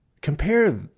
compare